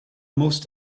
most